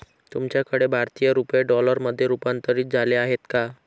तुमच्याकडे भारतीय रुपये डॉलरमध्ये रूपांतरित झाले आहेत का?